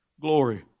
Glory